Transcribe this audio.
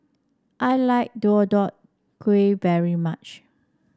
I like Deodeok Gui very much